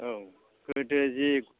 औ गोदोसो जि